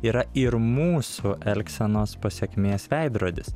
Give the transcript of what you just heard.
yra ir mūsų elgsenos pasekmės veidrodis